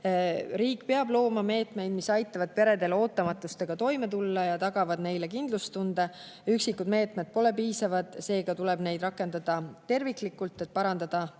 Riik peab looma meetmeid, mis aitavad peredel ootamatusega toime tulla ja tagavad neile kindlustunde. Üksikud meetmed pole piisavad, seega tuleb neid rakendada terviklikult, et parandada